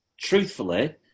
truthfully